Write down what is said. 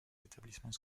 établissements